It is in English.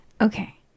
Okay